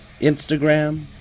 Instagram